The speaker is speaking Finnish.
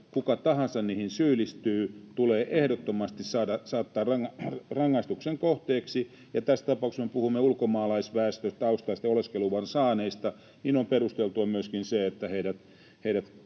kuka tahansa niihin syyllistyy, tulee ehdottomasti saattaa rangaistuksen kohteeksi. Ja tässä tapauksessa, kun me puhumme ulkomaalaistaustaisista oleskeluluvan saaneista, on perusteltua myöskin se, että heidän